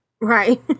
Right